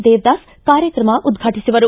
ದೇವದಾಸ್ ಕಾರ್ಯಕ್ರಮ ಉದ್ರಾಟಸುವರು